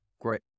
great